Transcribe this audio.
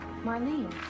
Marlene